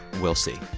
we'll see.